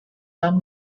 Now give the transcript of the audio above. some